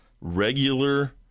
regular